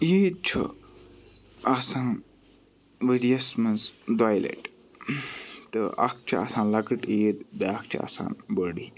عیٖد چھُ آسان ؤرۍ یَس مَنٛز دۄیہِ لَٹہِ تہٕ اَکھ چھِ آسان لَکٕٹۍ عیٖد بیٛاکھ چھِ آسان بٔڑ عیٖد